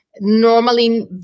normally